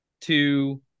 two